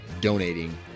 donating